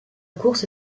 course